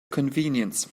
convenience